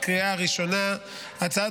אושרה בקריאה הראשונה ותחזור